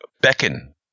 beckon